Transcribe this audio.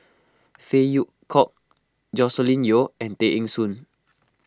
Phey Yew Kok Joscelin Yeo and Tay Eng Soon